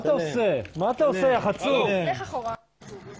מי שאסף את החומרים האלה זאת האגודה לזכויות האזרח.